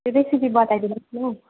recipe बताइ दिनुहोस् न हौ